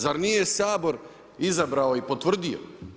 Zar nije Sabor izabrao i potvrdio?